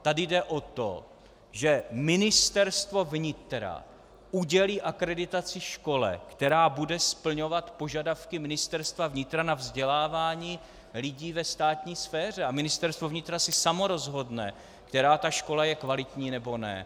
Tady jde o to, že Ministerstvo vnitra udělí akreditaci škole, která bude splňovat požadavky Ministerstva vnitra na vzdělávání lidí ve státní sféře, a Ministerstvo vnitra si samo rozhodne, která ta škola je kvalitní, anebo ne.